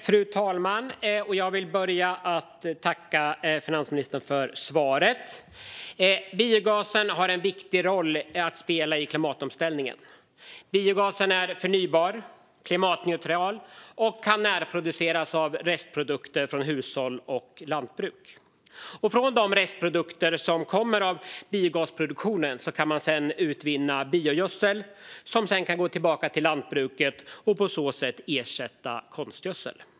Fru talman! Jag börjar med att tacka finansministern för svaret. Biogasen har en viktig roll att spela i klimatomställningen. Biogasen är förnybar och klimatneutral och kan närproduceras av restprodukter från hushåll och lantbruk. Från de restprodukter som kommer av biogasproduktionen kan man utvinna biogödsel som sedan kan gå tillbaka till lantbruket och på så sätt ersätta konstgödsel.